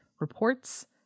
reports